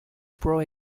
pro